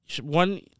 One